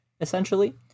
essentially